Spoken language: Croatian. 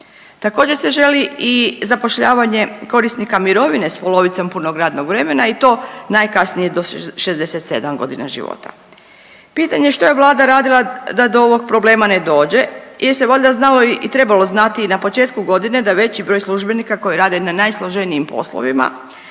Također se želi i zapošljavanje korisnika mirovine s polovicom punog radnog vremena i to najkasnije do 67 godina života. Pitanje što je Vlada radila da do ovog problema ne dođe jer se valjda znalo i trebalo znati i na početku godine da veći broj službenika koji rade na najsloženijim poslovima